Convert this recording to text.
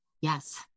Yes